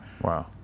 wow